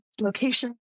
location